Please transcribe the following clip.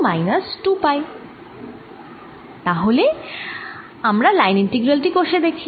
এবার তাহলে আমরা লাইন ইন্টিগ্রাল টি কষে দেখি